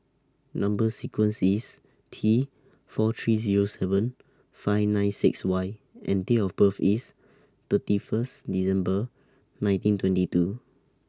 Number sequence IS T four three Zero seven five nine six Y and Date of birth IS thirty First December nineteen twenty two